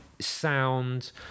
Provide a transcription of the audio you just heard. sound